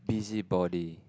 busybody